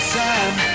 time